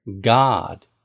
God